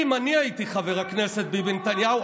אם אני הייתי חבר הכנסת ביבי נתניהו,